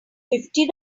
fifty